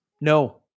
No